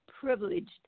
privileged